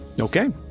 Okay